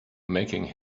making